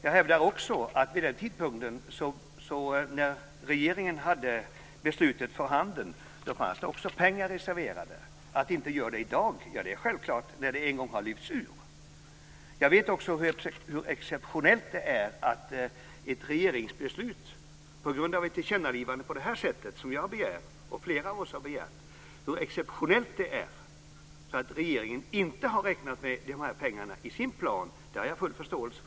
Jag hävdar också att det fanns pengar reserverade vid den tidpunkt då regeringen hade beslutet för handen. Att det inte gör det i dag är självklart, eftersom projektet en gång har lyfts ur. Jag vet också hur exceptionellt det är med ett regeringsbeslut till följd av ett tillkännagivande på det sätt som jag och flera av oss har begärt. Av det skälet har jag full förståelse för att regeringen inte har räknat med dessa pengar i sin plan. Fru talman!